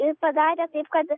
ir padarė taip kad